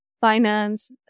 finance